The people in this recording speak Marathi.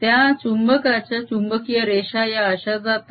त्या चुंबकाच्या चुंबकीय रेषा या अशा जातात